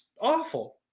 awful